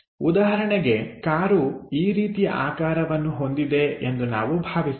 ಉದಾಹರಣೆಗೆ ಕಾರು ಈ ರೀತಿಯ ಆಕಾರವನ್ನು ಹೊಂದಿದೆ ಎಂದು ನಾವು ಭಾವಿಸೋಣ